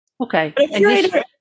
Okay